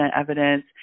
evidence